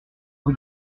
rue